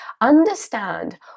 understand